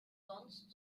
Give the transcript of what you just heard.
sonst